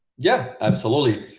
yeah, absolutely!